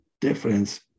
difference